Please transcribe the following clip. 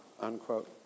unquote